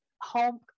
home